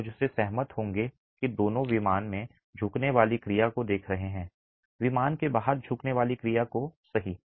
आप मुझसे सहमत होंगे कि दोनों विमान में झुकने वाली क्रिया को देख रहे हैं विमान के बाहर झुकने वाली क्रिया को सही